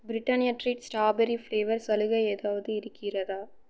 Britannia treat strawberry flavour சலுகை ஏதாவது இருக்கிறதா